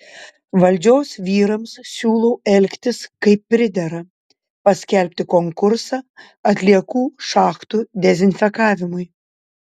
valdžios vyrams siūlau elgtis kaip pridera paskelbti konkursą atliekų šachtų dezinfekavimui